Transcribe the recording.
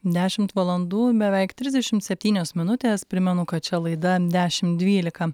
dešimt valandų beveik trisdešimt septynios minutės primenu kad čia laida dešim dvylika